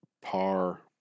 Par